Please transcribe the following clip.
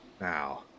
Now